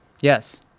Yes